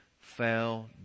fell